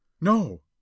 No